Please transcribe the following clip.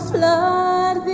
flood